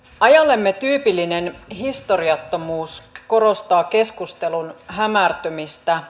ajallemme tyypillinen historiattomuus korostaa keskustelun hämärtymistä